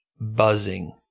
buzzing